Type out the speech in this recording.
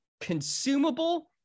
consumable